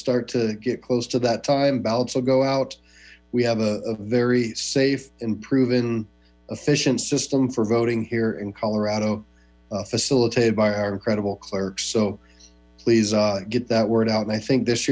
start to get close to that time ballots will go out we have a very safe and proven efficient system for voting here in colorado facilitated by our incredible clerks so please get that word out and i think this